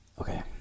Okay